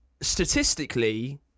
statistically